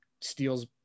steals